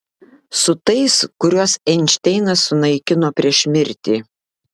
su tais kuriuos einšteinas sunaikino prieš mirtį